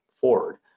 forward